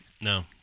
No